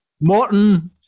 Morton